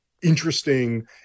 interesting